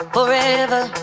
Forever